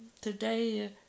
today